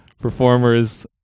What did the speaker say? performers